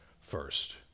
first